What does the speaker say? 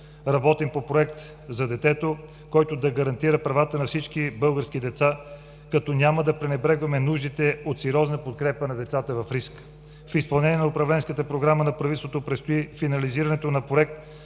Работим по проект за детето, който да гарантира правата на всички български деца, като няма да пренебрегваме нуждите от сериозна подкрепа на децата в риск. В изпълнение на Управленската програма на правителството предстои финализирането на Проект